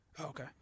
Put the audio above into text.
Okay